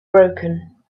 broken